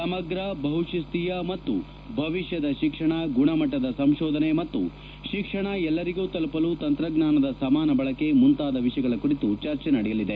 ಸಮಗ್ರ ಬಹುಶಿಸ್ತೀಯ ಮತ್ತು ಭವಿಷ್ಯದ ಶಿಕ್ಷಣ ಗುಣಮಟ್ಟದ ಸಂಶೋಧನೆ ಮತ್ತು ಶಿಕ್ಷಣ ಎಲ್ಲರಿಗೂ ತಲುಪಲು ತಂತ್ರಜ್ಞಾನದ ಸಮಾನ ಬಳಕೆ ಮುಂತಾದ ವಿಷಯಗಳ ಕುರಿತು ಚರ್ಚೆ ನಡೆಯಲಿದೆ